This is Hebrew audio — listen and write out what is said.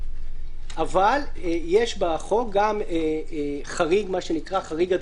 אבל יש בחוק גם מה שנקרא "חריג הדחיפות".